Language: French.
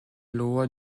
loi